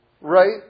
right